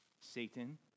Satan